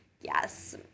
Yes